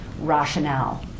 rationale